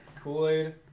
Kool-Aid